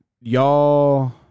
Y'all